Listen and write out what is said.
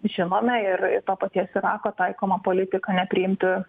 žinome ir ir to paties irako taikomą politiką nepriimti